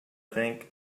think